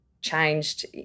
changed